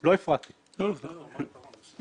הוא לא יודע שהוא נחשף.